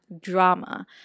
drama